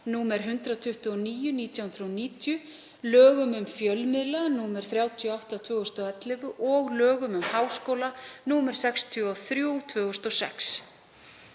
nr. 129/1990, lögum um fjölmiðla, nr. 38/2011, og lögum um háskóla, nr. 63/2006.